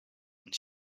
and